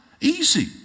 Easy